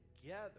together